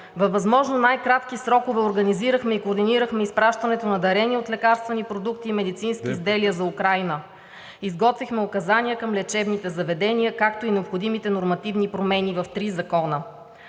Във възможно най-кратки срокове организирахме и координирахме изпращането на дарения от лекарствени продукти и медицински изделия за Украйна, изготвихме указания към лечебните заведения, както и необходимите нормативни промени в три закона.